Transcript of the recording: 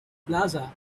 plaza